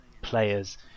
players